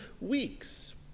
weeks